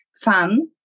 fun